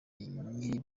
nyiri